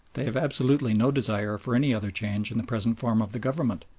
they have absolutely no desire for any other change in the present form of the government.